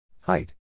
Height